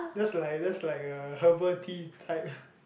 that's like that's like a herbal tea type